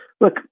look